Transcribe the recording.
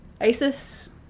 ISIS